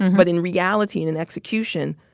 but in reality and in execution,